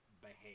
behave